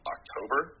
October